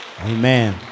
Amen